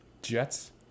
Jets